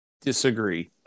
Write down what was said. disagree